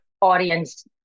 audience